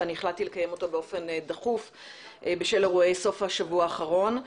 החלטתי קיים אותו באופן דחוף בשל אירועי סוף השבוע האחרון.